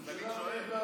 אז אני שואל.